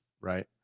right